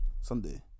Sunday